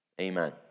Amen